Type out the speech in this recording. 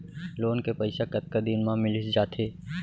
Loan के पइसा कतका दिन मा मिलिस जाथे?